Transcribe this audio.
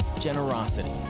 Generosity